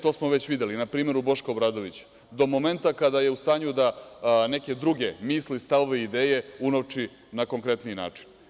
To smo već videli na primeru Boška Obradovića, do momenta kada je u stanju da neke druge misli, stavove, ideje unovči na konkretniji način.